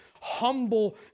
humble